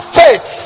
faith